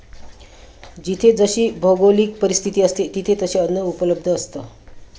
जिथे जशी भौगोलिक परिस्थिती असते, तिथे तसे अन्न उपलब्ध असतं